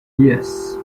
yes